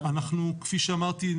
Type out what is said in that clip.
כפי שאמרתי,